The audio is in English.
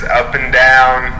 up-and-down